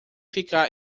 ficar